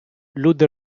люди